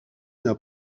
n’a